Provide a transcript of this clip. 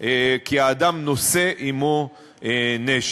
כי האדם נושא עמו נשק.